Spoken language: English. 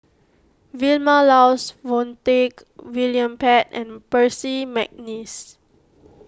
Vilma Laus Montague William Pett and Percy McNeice